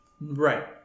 Right